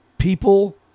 people